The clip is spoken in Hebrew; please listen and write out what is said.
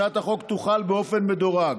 הצעת החוק תוחל באופן מדורג: